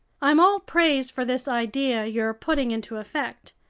i'm all praise for this idea you're putting into effect.